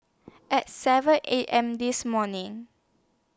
At seven A M This morning